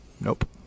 Nope